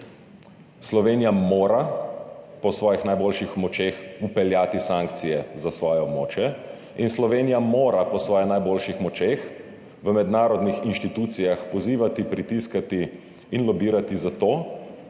Slovenija mora po svojih najboljših močeh vpeljati sankcije za svoje območje in Slovenija mora po svojih najboljših močeh v mednarodnih inštitucijah pozivati, pritiskati in lobirati za to,